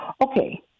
Okay